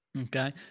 Okay